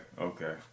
okay